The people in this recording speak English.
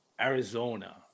Arizona